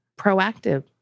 proactive